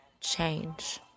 change